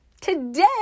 today